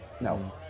No